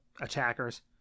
Attackers